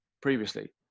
previously